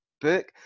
book